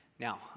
Now